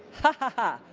ha, ha, ha.